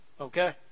Okay